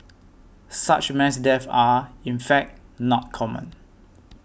such mass deaths are in fact not common